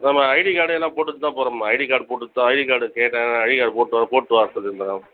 ma'am ID card எல்லாம் போட்டுகிட்டு தான் போகிறோம் மேம் ஐடி கார்டு போட்டுவிட்டு தான் ஐடி கார்டு கேட்டாங்க ஐடி கார்டு போட்டு போட்டு வர சொல்லியிருந்தாங்க